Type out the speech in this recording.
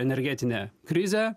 energetinė krizė